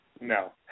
no